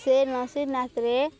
ସେ ନସୀନ୍ନାଥରେ